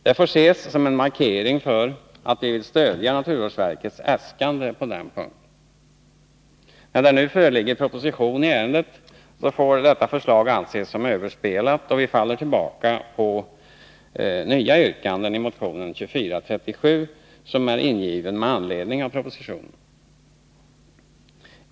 Det får anses som en markering av att vi vill stödja naturvårdsverkets äskande på den punkten. När det nu föreligger proposition i ärendet, får detta förslag anses som överspelat, och vi faller tillbaka på nya yrkanden i motionen nr 2437, som är ingiven med anledning av propositionen.